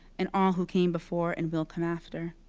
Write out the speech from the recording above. and all who came before and will come after.